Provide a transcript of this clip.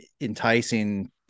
enticing